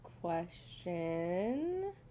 question